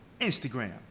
Instagram